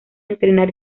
entrenar